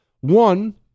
One